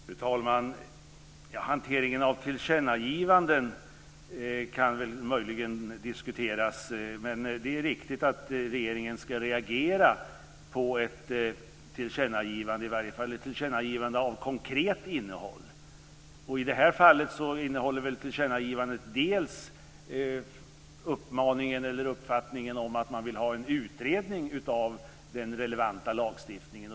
Fru talman! Hanteringen av tillkännagivanden kan möjligen diskuteras, men det är riktigt att regeringen ska reagera på ett tillkännagivande, i varje fall ett tillkännagivande av konkret innehåll. I det här fallet innehåller tillkännagivandet dels uppfattningen om att man vill ha en utredning av den relevanta lagstiftningen.